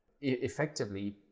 effectively